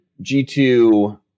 G2